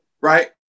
Right